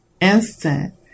instant